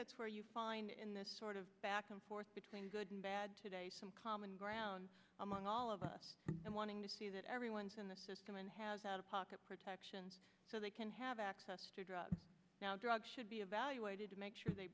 that's where you find in this sort of back and forth between good and bad common ground among all of us and wanting to see that everyone's in the system and has out of pocket protections so they can have access to drugs now drugs should be evaluated to make sure they